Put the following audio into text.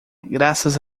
graças